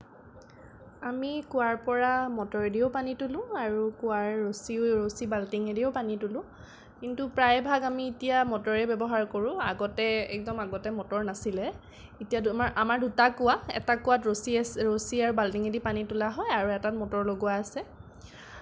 আমি কুঁৱাৰপৰা মটৰেদিও পানী তোলো আৰু কুঁৱাৰ ৰচী ৰচী বাল্টিঙেদিও পানী তোলো কিন্তু প্ৰায়ভাগ আমি এতিয়া মটৰে ব্যৱহাৰ কৰো আগতে একদম আগতে মটৰ নাছিলে এতিয়া আমাৰ আমাৰ দুটা কুঁৱা এটা কুঁৱাত ৰচী আছে ৰচী আৰু বাল্টিঙেদি পানী তোলা হয় আৰু এটাত মটৰ লগোৱা আছে